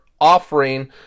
offering